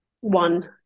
one